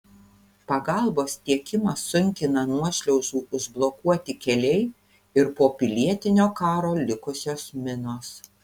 pagalbos tiekimą sunkina nuošliaužų užblokuoti keliai ir po pilietinio karo likusios minos